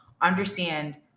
understand